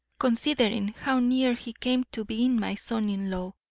considering how near he came to being my son-in-law.